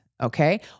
Okay